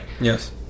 Yes